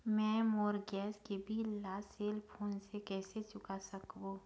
मैं मोर गैस के बिल ला सेल फोन से कइसे चुका सकबो?